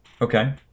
Okay